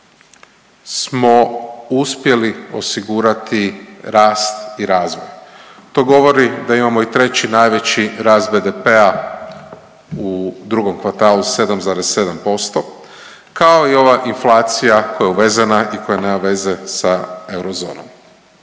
smo uspjeli osigurati rast i razvoj. To govori da imamo i treći najveći rast BDP-a u drugom kvartalu 7,7% kao i ova inflacija koja je uvezena i koja nema veze sa eurozonom.